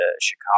Chicago